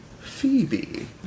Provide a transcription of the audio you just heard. Phoebe